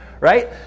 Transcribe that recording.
right